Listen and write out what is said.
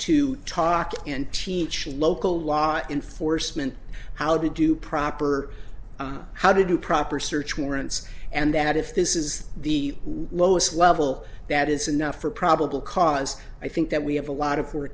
to talk and teach local law enforcement how to do proper how to do proper search warrants and that if this is the lowest level that is enough for probable cause i think that we have a lot of her